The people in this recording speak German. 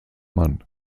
mann